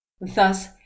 Thus